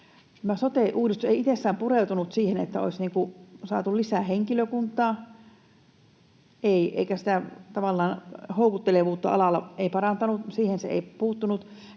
sote-uudistus ei itsessään pureutunut siihen, että olisi saatu lisää henkilökuntaa. Ei, eikä se sitä alan houkuttelevuutta parantanut, siihen se ei puuttunut.